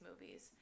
movies